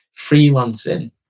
freelancing